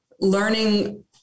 learning